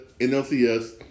NLCS